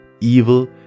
evil